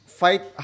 fight